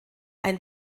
ein